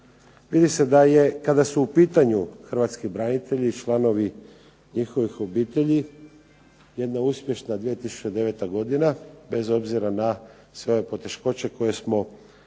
vidi se da je, kada su u pitanju hrvatski branitelji i članovi njihovih obitelji jedna uspješna 2009. godina, bez obzira na sve poteškoće koje smo imali